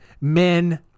men